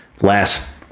last